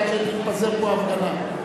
עד שתתפזר פה ההפגנה,